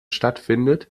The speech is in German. stattfindet